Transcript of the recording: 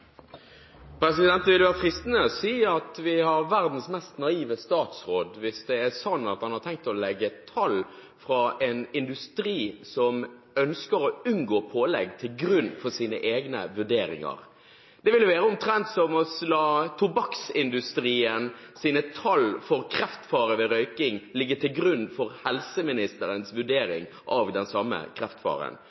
fristende å si at vi har verdens mest naive statsråd hvis det er slik at han har tenkt å legge tall fra en industri som ønsker å unngå pålegg, til grunn for sine egne vurderinger. Det ville være omtrent som å la tobakksindustriens tall for kreftfare ved røyking ligge til grunn for helseministerens vurdering av den samme kreftfaren.